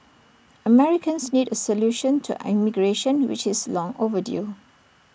Americans need A solution to immigration which is long overdue